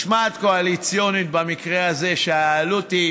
משמעת קואליציונית במקרה הזה, כשהעלות,